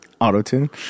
auto-tune